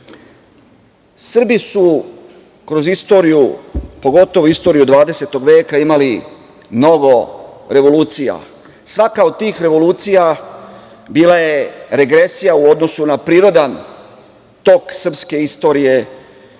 su kroz istoriju, pogotovo istoriju 20. veka, imali mnogo revolucija. Svaka od tih revolucija bila je regresija u odnosu na prirodan tok srpske istorije